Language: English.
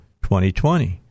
2020